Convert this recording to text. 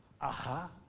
Aha